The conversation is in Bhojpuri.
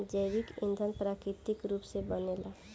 जैविक ईधन प्राकृतिक रूप से बनेला